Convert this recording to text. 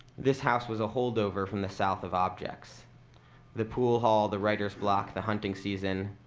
this house was a holdover from the south of objects the pool hall, the writer's block, the hunting season.